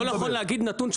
היא לא יכולה להגיד חד ספרתי,